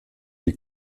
die